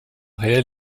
réel